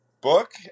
book